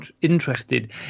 interested